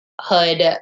hood